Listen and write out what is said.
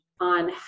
on